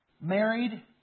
married